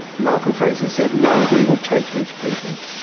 malcolm fraser said no, we will take these people.